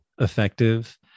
effective